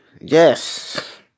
Yes